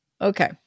okay